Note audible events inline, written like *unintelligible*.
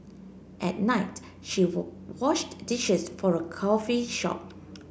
at night she *unintelligible* washed dishes for a coffee shop